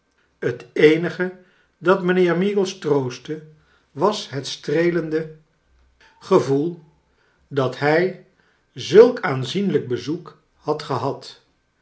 het eenige dat mijnheer meagles troostte was het streelende gevoel dat hij zulk aanzieniijk bezoek had geliad